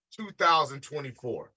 2024